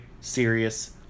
serious